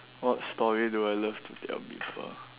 what story do I love to tell people